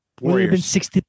Warriors